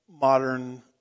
modern